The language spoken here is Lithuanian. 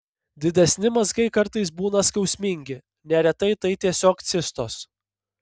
didesni mazgai kartais būna skausmingi neretai tai tiesiog cistos